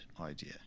idea